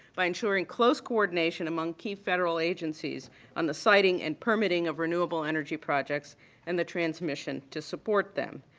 by ensuring close coordination among key federal agencies on the citing and permitting of renewable energy projects and the transmission to support them.